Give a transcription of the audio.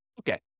Okay